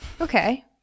okay